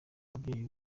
mubyeyi